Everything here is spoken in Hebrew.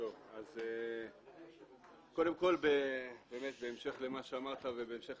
אז קודם כל באמת בהמשך למה שאמרת ובהמשך